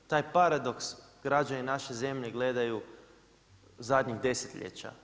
Taj paradoks građani naše zemlje gledaju zadnjih desetljeća.